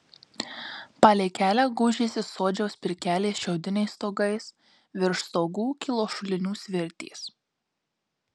palei kelią gūžėsi sodžiaus pirkelės šiaudiniais stogais virš stogų kilo šulinių svirtys